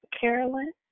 Carolyn